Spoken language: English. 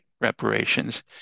reparations